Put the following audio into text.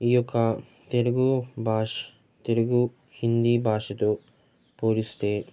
ఈ యొక్క తెలుగు భాష తెలుగు హిందీ భాషతో పోలిస్తే